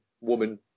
woman